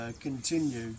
continue